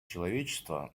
человечества